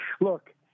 look